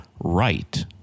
right